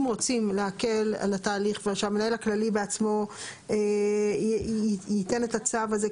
אם רוצים להקל על התהליך ושהמנהל הכללי בעצמו ייתן את הצו הזה,